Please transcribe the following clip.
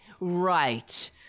right